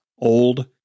Old